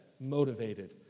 motivated